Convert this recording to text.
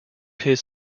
his